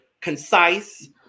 concise